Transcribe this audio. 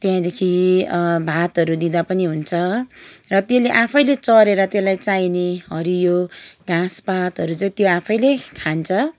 त्यहाँदेखि भातहरू दिँदा पनि हुन्छ र त्यसले आफैले चरेर त्यसलाई चाहिने हरियो घाँसपातहरू चाहिँ त्यो आफैले खान्छ